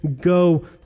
go